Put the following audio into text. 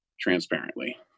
transparently